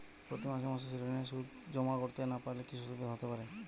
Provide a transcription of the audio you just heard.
প্রতি মাসে মাসে ঋণের সুদ জমা করতে না পারলে কি অসুবিধা হতে পারে?